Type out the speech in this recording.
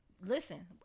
Listen